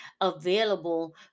available